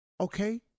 Okay